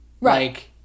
Right